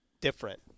different